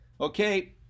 Okay